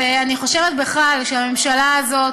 ואני חושבת בכלל שהממשלה הזאת,